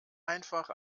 einfach